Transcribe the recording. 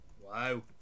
wow